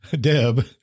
Deb